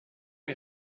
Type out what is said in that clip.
est